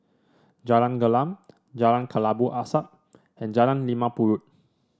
Jalan Gelam Jalan Kelabu Asap and Jalan Limau Purut